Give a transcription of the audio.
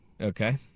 Okay